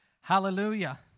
Hallelujah